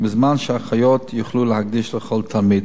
ובזמן שהאחיות יוכלו להקדיש לכל תלמיד.